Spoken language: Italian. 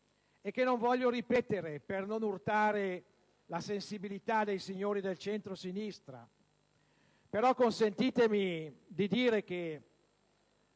e che non voglio ripetere per non urtare la sensibilità dei signori del centrosinistra. Consentitemi però di dire che